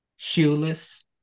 shoeless